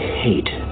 hate